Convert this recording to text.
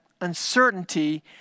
uncertainty